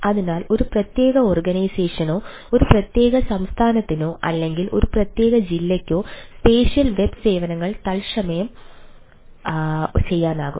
അതിനാൽ ഒരു പ്രത്യേക ഓർഗനൈസേഷനോ ഒരു പ്രത്യേക സംസ്ഥാനത്തിനോ അല്ലെങ്കിൽ ഒരു പ്രത്യേക ജില്ലയ്ക്കോ സ്പേഷ്യൽ വെബ് സേവനങ്ങൾ തൽക്ഷണം ചെയ്യാനാകും